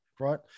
right